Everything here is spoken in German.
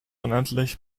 unendlich